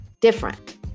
different